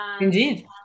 indeed